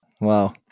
Wow